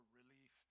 relief